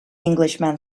englishman